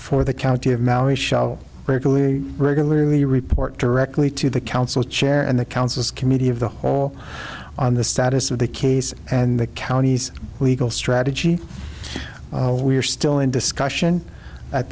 for the county of maui shall regularly regularly report directly to the council chair and the council's committee of the hall on the status of the case and the county's legal strategy we are still in discussion at